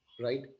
right